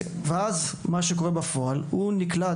ואז, מה שקורה בפועל זה שהוא נקלט.